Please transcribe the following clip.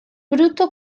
bruto